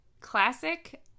classic